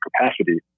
capacity